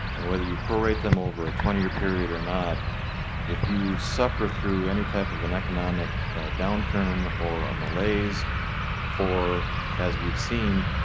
and whether you parade them over twenty year period or not if you suffer through any type of and economic downturn or a malaise or as we seen